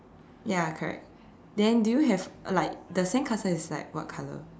ya correct then do you have like the sandcastle is like what colour